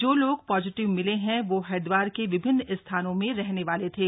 जो लोग पॉजिटिव मिले हैं वो हरिदवार के विभिन्न स्थानों में रहने वाले थे